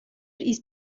ist